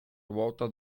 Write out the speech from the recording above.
ruota